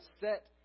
set